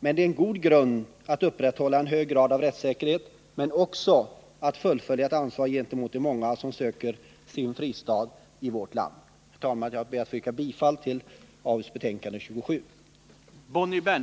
Men den erbjuder en god grund för att upprätthålla en hög grad av rättssäkerhet liksom också för att fullfölja ett ansvarstagande gentemot de många som söker en fristad i vårt land. Herr talman! Jag ber att få yrka bifall till utskottets hemställan i arbetsmarknadsutskottets betänkande